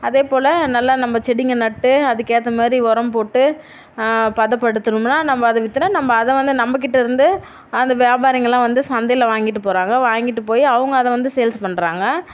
அதேபோல நல்லா நம்ம செடிங்க நட்டு அதுக்கேற்ற மாதிரி உரம் போட்டு பதப்படுத்தினோம்னா நம்ம அதை வித்தோனா நம்ம அதை வந்து நம்மகிட்டேயிருந்து அந்த வியாபாரிங்கள்லாம் வந்து சந்தையில வாங்கிட்டு போகிறாங்க வாங்கிட்டு போய் அவங்க அதை வந்து சேல்ஸ் பண்ணுறாங்க